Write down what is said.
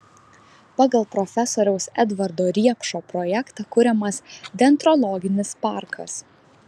pagal profesoriaus edvardo riepšo projektą kuriamas dendrologinis parkas